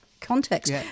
context